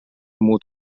muud